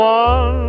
one